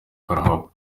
karahava